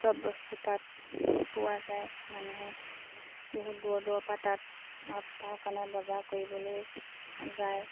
চব বস্তু তাত পোৱা যায় মানুহে বহুত দূৰ দূৰৰপৰা তাত সপ্তাহৰ কাৰণে বজাৰ কৰিবলৈ যায়